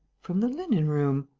from the linen-room.